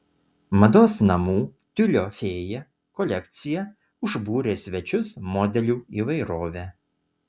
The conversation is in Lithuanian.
mados namų tiulio fėja kolekcija užbūrė svečius modelių įvairove